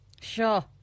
Sure